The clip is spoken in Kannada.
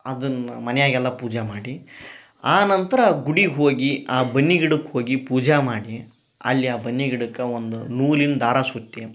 ಅದನ್ನ ಮನಿಯಾಗೆಲ್ಲ ಪೂಜೆ ಮಾಡಿ ಆನಂತರ ಗುಡಿಗೆ ಹೋಗಿ ಆ ಬನ್ನಿ ಗಿಡುಕ್ಕ ಹೋಗಿ ಪೂಜ ಮಾಡಿ ಅಲ್ಲಿ ಆ ಬನ್ನಿ ಗಿಡಕ್ಕ ಒಂದ ನೂಲಿನ ದಾರ ಸುತ್ತಿ